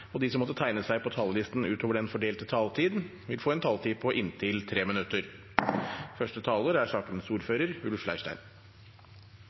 og de som måtte tegne seg på talerlisten utover den fordelte taletid, får også en taletid på inntil 3 minutter.